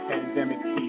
Pandemic